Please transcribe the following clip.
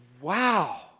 wow